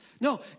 No